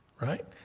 Right